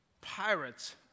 pirate's